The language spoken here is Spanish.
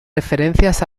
referencias